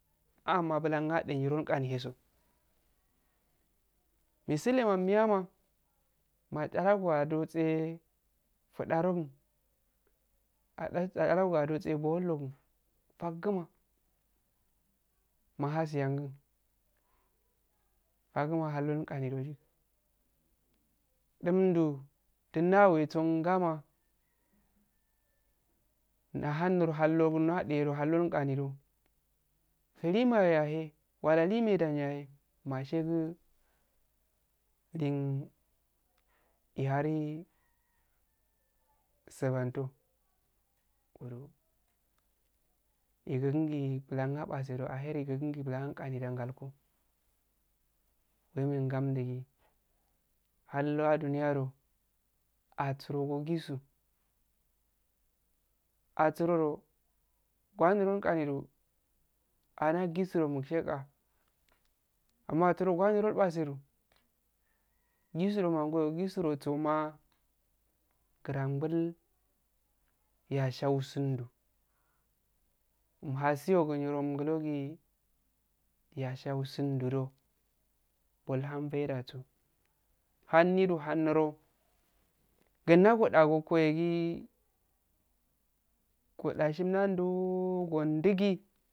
Amka bulan adu niro agnihego misiluma miyama machalogo malutso fudarogun achalago adotse bonlogun faguma mahasiyangu faguma halnonqani dujik dumddu duunnu awetgo ngama nda hal niro hal nogun no aduludo halnon qani lee mayo yahey walla lee medan yahey mashagu len medan yahey mashegu len ehari subanttoh isugigingi bullah apagaso ahher igigingi bulan nanni ngalkka wemo ngamddu gi hal nowa duniya do atgiroge djisu asturo dohahal miron qanidu anda djigudo mukshe amma atguro gohal niroh pasedo djigudo mangogo djisugunggoma guran bul yash hwgun ddur umhagiyogu niro mgu logi yasha uwuguudu do boltun faidde so hannidu haluro guudagu goda go kehegi godashin nadoow gonchi gi.